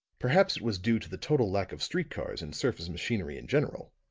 perhaps it was due to the total lack of street-cars and surface machinery in general.